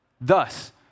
Thus